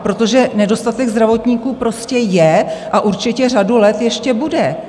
Protože nedostatek zdravotníků prostě je a určitě řadu let ještě bude.